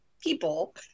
people